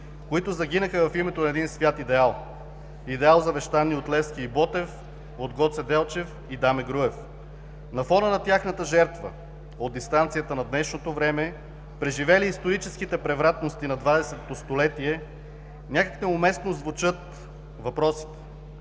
които загинаха в името на един свят идеал – идеал, завещан ни от Левски и Ботев, от Гоце Делчев и Даме Груев. На фона на тяхната жертва, от дистанцията на днешното време, преживели историческите превратности на 20-тото столетие някак неуместно звучат въпросите: